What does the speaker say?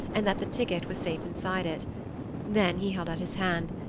and that the ticket was safe inside it then he held out his hand,